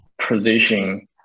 Position